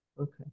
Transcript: okay